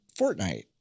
Fortnite